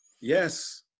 Yes